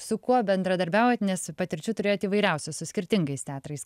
su kuo bendradarbiaujat nes patirčių turėjot įvairiausių su skirtingais teatrais